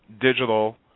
digital